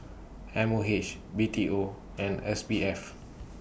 M O H B T O and S B F